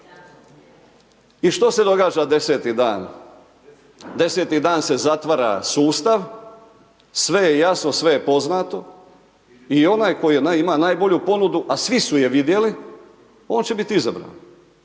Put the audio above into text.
I što se događa 10 dan? 10 dan se zatvara sustav, sve je jasno, sve je poznato i onaj koji ima najbolju ponudu, a svi su je vidjeli, on će biti izabran.